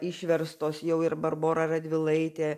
išverstos jau ir barbora radvilaitė